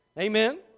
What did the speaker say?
Amen